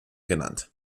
genannt